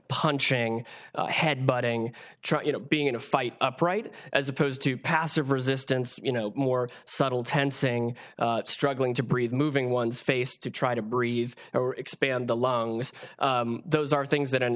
punching head butting you know being in a fight upright as opposed to passive resistance you know more subtle tensing struggling to breathe moving one's face to try to breathe or expand the lungs those are things that an